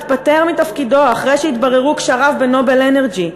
התפטר מתפקידו אחרי שהתבררו קשריו ב"נובל אנרג'י".